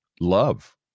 love